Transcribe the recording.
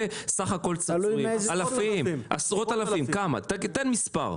צפויים, תן מספר.